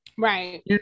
Right